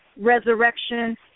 resurrection